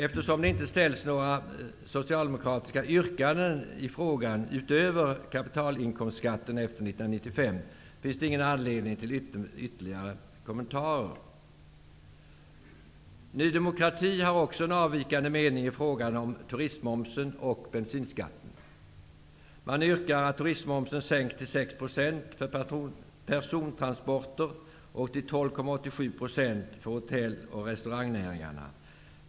Eftersom det inte ställs något socialdemokratiskt yrkande i frågan, utöver kapitalskattesatsen efter 1995, finns det ingen anledning till ytterligare kommentarer. Ny demokrati har också en avvikande mening i fråga om turistmomsen och bensinskatten. Man yrkar att turistmomsen sänks till 6 % för persontransporter och till 12,87 % för hotell och restaurangnäringarna.